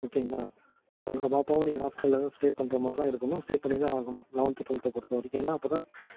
ஓகேங்களா உங்கள் பாப்பாவும் நீங்கள் ஹாஸ்ட்டலில் தான் ஸ்டே பண்ணுற மாதிரி தான் இருக்கணும் ஸ்டே பண்ணி தான் ஆகணும் லெவன்த்து டுவெல்த்தை பொறுத்தவரைக்கும் ஏன்னால் அப்போ தான்